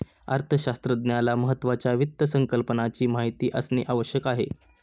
अर्थशास्त्रज्ञाला महत्त्वाच्या वित्त संकल्पनाची माहिती असणे आवश्यक आहे